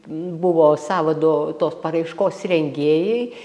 buvo sąvado tos paraiškos rengėjai